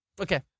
Okay